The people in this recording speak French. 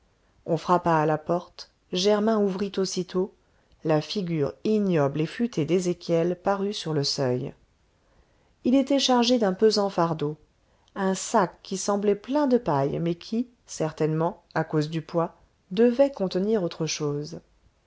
on frappa à la porte germain ouvrit aussitôt la figure ignoble et futée d'ézéchiel parut sur le seuil il était chargé d'un pesant fardeau un sac qui semblait plein de paille mais qui certainement à cause du poids devait contenir autre chose